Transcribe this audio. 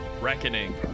Reckoning